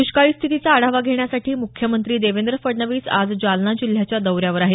द्ष्काळी स्थितीचा आढावा घेण्यासाठी मुख्यमंत्री देवेंद्र फडणवीस आज जालना जिल्ह्याच्या दौऱ्यावर आहेत